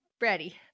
ready